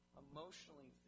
emotionally